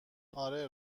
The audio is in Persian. آره